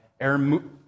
Aaron